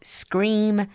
scream